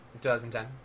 2010